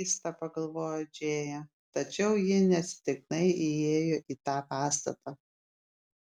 keista pagalvojo džėja tačiau ji neatsitiktinai įėjo į tą pastatą